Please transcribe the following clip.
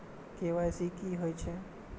KYC की हे छे?